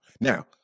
Now